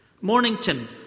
Mornington